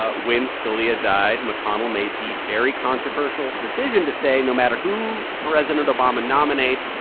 ah when scalia died, mcconnell made the very controversial decision to say, no matter who president obama nominates,